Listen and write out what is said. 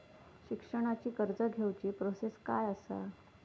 शिक्षणाची कर्ज घेऊची प्रोसेस काय असा?